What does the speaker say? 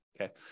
okay